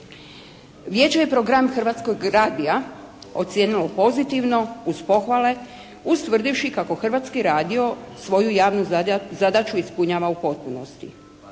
Vijeće je program Hrvatskog radija ocijenilo pozitivno uz pohvale ustvrdivši kako Hrvatski radio svoju javnu zadaću ispunjava u potpunosti.